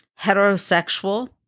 heterosexual